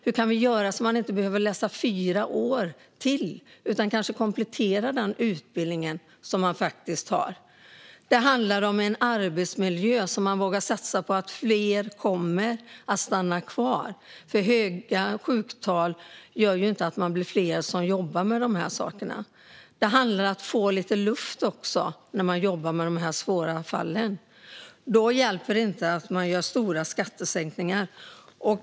Hur kan vi göra så att man slipper läsa fyra år till och i stället kan komplettera sin utbildning? Det handlar om att satsa på arbetsmiljön så att fler stannar kvar, för höga sjuktal ger inte mer personal. Det handlar om att få lite luft när man jobbar med svåra fall. Då hjälper inte stora skattesänkningar.